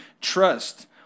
trust